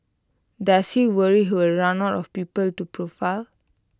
does he worry he will run out of people to profile